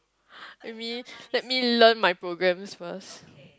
I mean let me learn my programs first